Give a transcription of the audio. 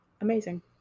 amazing